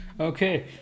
okay